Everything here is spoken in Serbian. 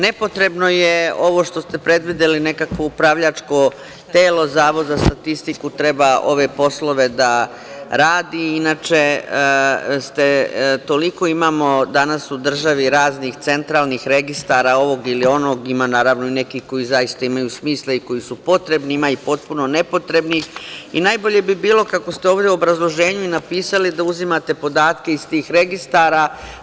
Nepotrebno je ovo što ste predvideli nekakvo upravljačko telo, Zavod za statistiku treba ove poslove da radi, inače toliko imamo danas u državi raznih centralnih registara ovog ili onog, ima zaista nekih koji imaju smisla i koji su potrebni, a ima i koji su nepotrebni i najbolje bi bilo kako ste ovde u obrazloženju napisali da uzimate podatke iz tih registara.